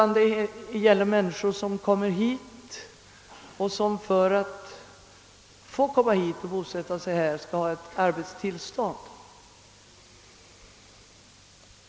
Nej, det gäller i stället människor som för att få komma hit och bosätta sig här skall ha ett arbetstillstånd.